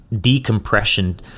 decompression